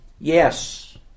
Yes